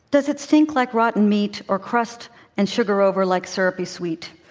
does it stink like rotten meat or crust and sugar over like syrupy sweet?